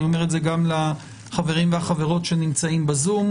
אני אומר את זה גם לחברים ולחברות שנמצאים בזום,